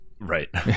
Right